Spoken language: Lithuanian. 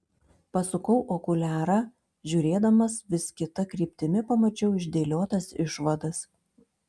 pasukau okuliarą žiūrėdamas vis kita kryptimi pamačiau išdėliotas išvadas